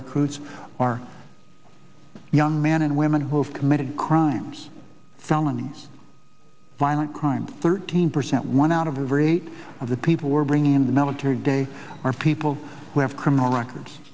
recruits our young men and women who have committed crimes felonies violent crime thirteen percent one out of every eight of the people we're bringing in the military today are people who have criminal records